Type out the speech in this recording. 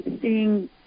seeing